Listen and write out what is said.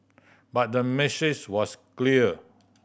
but the message was clear